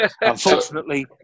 Unfortunately